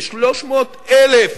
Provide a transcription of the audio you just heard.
כ-300,000,